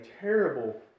terrible